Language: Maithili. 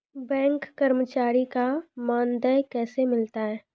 बैंक कर्मचारी का मानदेय कैसे मिलता हैं?